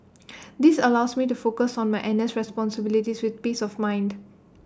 this allows me to focus on my N S responsibilities with peace of mind